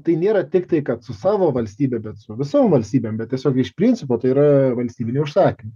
tai nėra tiktai kad su savo valstybe bet su visom valstybėm bet tiesiog iš principo tai yra valstybinių užsakymų